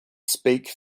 speak